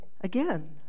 Again